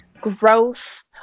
growth